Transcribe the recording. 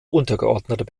untergeordneter